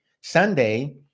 Sunday